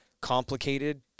complicated